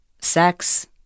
sex